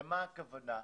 למה הכוונה?